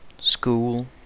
school